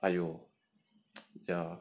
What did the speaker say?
!aiyo! ya